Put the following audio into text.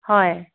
হয়